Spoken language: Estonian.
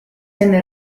enne